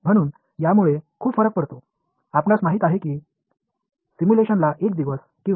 அது ஒரு பெரிய வித்தியாசத்தை ஏற்படுத்துகிறது